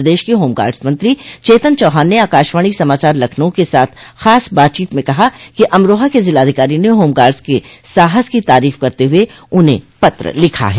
प्रदेश के होमगार्ड्स मंत्री चेतन चौहान ने आकाशवाणी समाचार लखनऊ के साथ खास बातचीत में कहा कि अमरोहा के जिलाधिकारी ने होमगार्ड्स के साहस की तारीफ करते हुए उन्हें पत्र लिखा है